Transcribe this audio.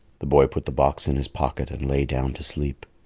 the boy put the box in his pocket and lay down to sleep.